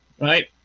right